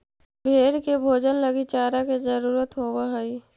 भेंड़ के भोजन लगी चारा के जरूरत होवऽ हइ